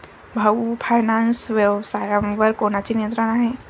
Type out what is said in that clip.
भाऊ फायनान्स व्यवसायावर कोणाचे नियंत्रण आहे?